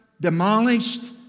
demolished